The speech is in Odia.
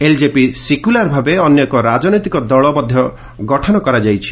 ଏଲ୍ଜେପି ସିକ୍ୟୁଲାର ଭାବେ ଅନ୍ୟ ଏକ ରାଜନୈତିକ ଦଳ ଗଠନ କରାଯାଇଛି